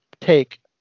take